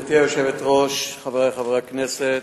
גברתי היושבת-ראש, חברי חברי הכנסת,